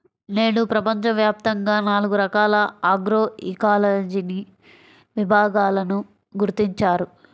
నేడు ప్రపంచవ్యాప్తంగా నాలుగు రకాల ఆగ్రోఇకాలజీని విభాగాలను గుర్తించారు